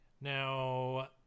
now